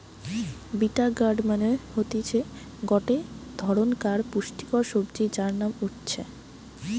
bitter gourd মানে হতিছে গটে ধরণকার পুষ্টিকর সবজি যার নাম উচ্ছে